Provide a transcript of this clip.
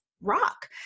rock